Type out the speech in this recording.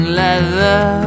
leather